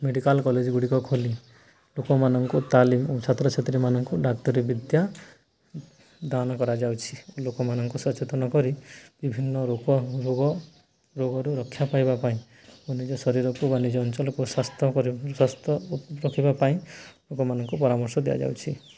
medical କଲେଜଗୁଡ଼ିକ ଖୋଲି ଲୋକମାନଙ୍କୁ ତାଲିମ ଓ ଛାତ୍ର ଛାତ୍ରୀମାନଙ୍କୁ ଡାକ୍ତରୀ ବିଦ୍ୟା ଦାନ କରାଯାଉଛି ଓ ଲୋକମାନଙ୍କୁ ସଚେତନ କରି ବିଭିନ୍ନ ରୋଗ ରୋଗ ରୋଗରୁ ରକ୍ଷା ପାଇବା ପାଇଁ ବା ନିଜ ଶରୀରକୁ ବା ନିଜ ଅଞ୍ଚଳକୁ ସ୍ୱାସ୍ଥ୍ୟ ସ୍ୱାସ୍ଥ୍ୟ ରଖିବା ପାଇଁ ଲୋକମାନଙ୍କୁ ପରାମର୍ଶ ଦିଆଯାଉଛି